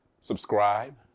subscribe